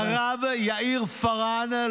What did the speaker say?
הרב יאיר פארן,